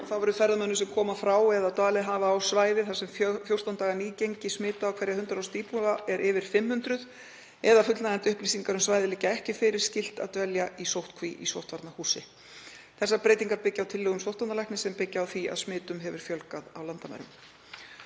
Þá verður ferðamönnum sem koma frá svæði eða sem dvalið hafa á svæði þar sem 14 daga nýgengi smita á hverja 100.000 íbúa er yfir 500, eða fullnægjandi upplýsingar um svæðið liggja ekki fyrir, skylt að dvelja í sóttkví í sóttvarnahúsi. Þessar breytingar byggja á tillögum sóttvarnalæknis sem byggja á því að smitum hefur fjölgað á landamærum.